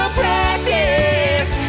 practice